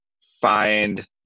find